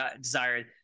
desired